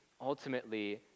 ultimately